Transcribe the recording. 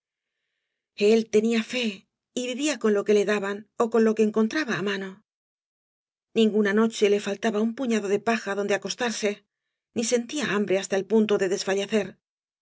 el tenía fe y vivía con lo que le daban ó con lo que encontraba á mano ninguna noche le fal taba un puñado de paja donde acostarse ni sentía hambre hasta el punto de desfallecer